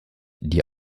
die